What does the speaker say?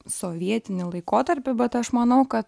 sovietinį laikotarpį bet aš manau kad